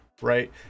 right